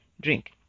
drink